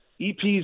EP's